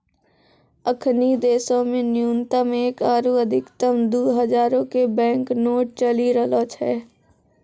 अखनि देशो मे न्यूनतम एक आरु अधिकतम दु हजारो के बैंक नोट चलि रहलो छै